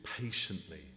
patiently